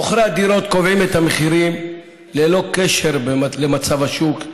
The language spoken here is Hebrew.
מוכרי הדירות קובעים את המחירים ללא קשר למצב השוק,